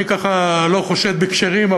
אני לא חושד בכשרים,